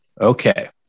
Okay